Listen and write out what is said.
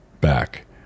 back